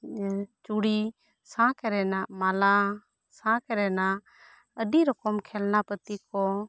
ᱪᱩᱲᱤ ᱥᱟᱸᱠ ᱨᱮᱱᱟᱜ ᱢᱟᱞᱟ ᱥᱟᱸᱠ ᱨᱮᱱᱟᱜ ᱟᱹᱰᱤ ᱨᱚᱠᱚᱢ ᱠᱷᱮᱞᱱᱟ ᱯᱟᱹᱛᱤ ᱠᱚ